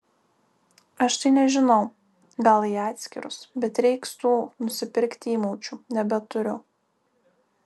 aš tai nežinau gal į atskirus bet reiks tų nusipirkti įmaučių nebeturiu